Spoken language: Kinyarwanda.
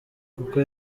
kuko